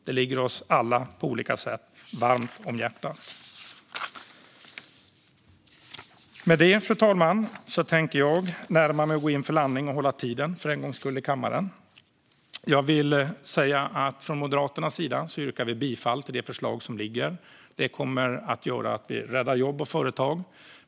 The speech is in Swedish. Det ligger oss alla på olika sätt varmt om hjärtat. Fru talman! Jag tänker gå in för landning och hålla tiden för en gångs skull här i kammaren. Från Moderaternas sida yrkar vi bifall till det liggande förslaget. Det kommer att göra att vi räddar jobb och företag.